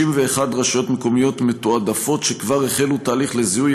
61 רשויות מקומיות מתועדפות כבר החלו תהליך לזיהוי